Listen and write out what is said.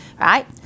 right